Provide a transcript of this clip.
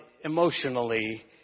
emotionally